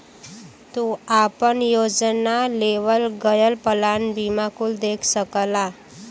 तू आपन योजना, लेवल गयल प्लान बीमा कुल देख सकला